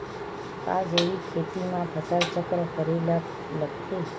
का जैविक खेती म फसल चक्र करे ल लगथे?